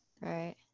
Right